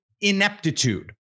ineptitude